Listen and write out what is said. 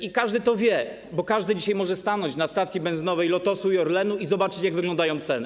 I każdy to wie, bo każdy dzisiaj może stanąć na stacji benzynowej Lotosu i Orlenu i zobaczyć, jak wyglądają ceny.